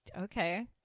Okay